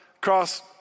cross